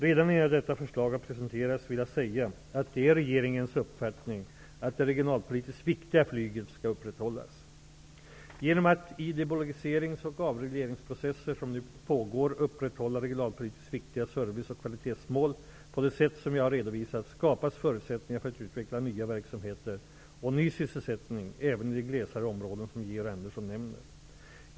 Redan innan detta förslag har presenterats vill jag säga att det är regeringens uppfattning att det regionalpolitiskt viktiga flyget skall upprätthållas. Genom att i de bolagiserings och avregleringsprocesser som nu pågår upprätthålla regionalpolitiskt viktiga service och kvalitetsmål på det sätt som jag har redovisat, skapas förutsättningar för att utveckla nya verksamheter och ny sysselsättning även i de glest befolkade områden som Georg Andersson nämner.